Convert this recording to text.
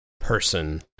person